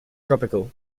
tropical